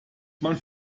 man